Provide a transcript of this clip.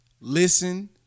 listen